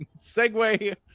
segue